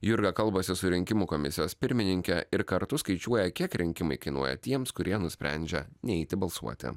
jurga kalbasi su rinkimų komisijos pirmininke ir kartu skaičiuoja kiek rinkimai kainuoja tiems kurie nusprendžia neiti balsuoti